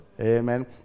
amen